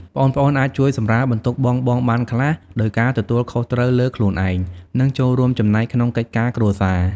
ប្អូនៗអាចជួយសម្រាលបន្ទុកបងៗបានខ្លះ ដោយការទទួលខុសត្រូវលើខ្លួនឯង និងចូលរួមចំណែកក្នុងកិច្ចការគ្រួសារ។